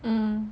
hmm